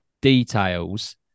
details